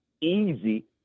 easy